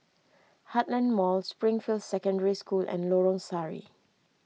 Heartland Mall Springfield Secondary School and Lorong Sari